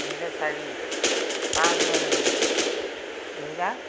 দুহেজাৰ চাৰি পাঁচ জানুৱাৰী দুহেজাৰ